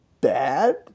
bad